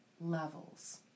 levels